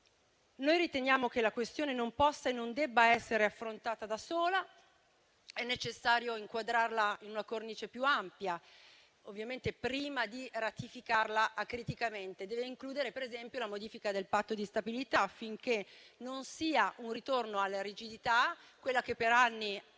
Noi riteniamo che la questione non possa e non debba essere affrontata da sola. È necessario inquadrarla in una cornice più ampia, ovviamente, prima di ratificarla acriticamente. Deve includere, per esempio, la modifica del Patto di stabilità, affinché esso non sia un ritorno alla rigidità, quella che per anni ha